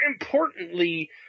importantly